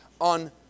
on